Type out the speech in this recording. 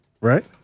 right